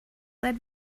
seit